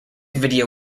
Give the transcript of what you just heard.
video